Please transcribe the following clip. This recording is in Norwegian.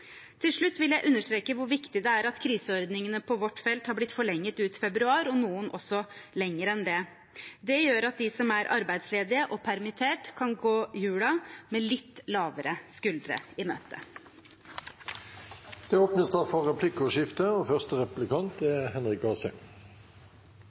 Til slutt vil jeg understreke hvor viktig det er at kriseordningene på vårt felt har blitt forlenget ut februar og noen også lenger enn det. Det gjør at de som er arbeidsledige og permittert, kan gå jula i møte med litt lavere skuldre. Det blir replikkordskifte. En av de viktigste nøklene for å komme ut i arbeid er